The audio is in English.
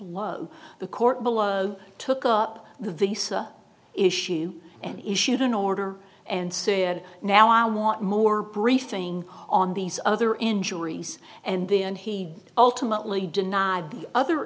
the court below took up the visa issue and issued an order and said now i want more briefing on these other injuries and then he ultimately denied the other